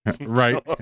right